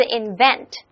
invent 。